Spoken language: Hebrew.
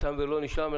תם ולא נשלם.